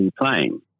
playing